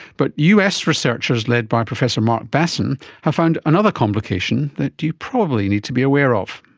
but us researchers led by professor marc basson have found another complication that you probably need to be aware of.